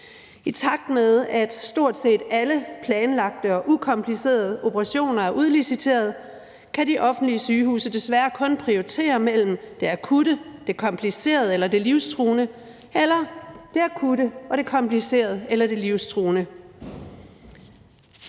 I takt med at stort set alle planlagte og ukomplicerede operationer er udliciteret, kan de offentlige sygehuse desværre kun prioritere mellem det akutte, det komplicerede eller det livstruende – det akutte, det komplicerede eller det livstruende